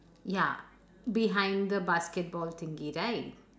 ya behind the basketball thingy right